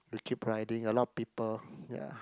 we keep riding a lot of people ya